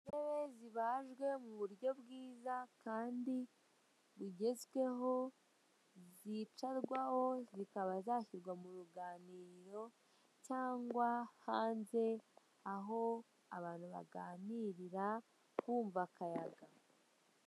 Intebe zibajwe mu buryo bwiza kandi bugezweho, zicarwaho zikaba zashyirwa mu ruganiro cyangwa hanze aho abantu baganirira bumva akayaga.